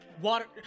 water